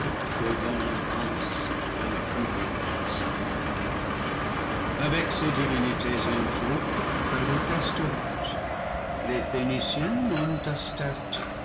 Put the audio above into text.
devant la lance du plus méprisable ennemi avec ces divinités en troupe parut astoreth que les phéniciens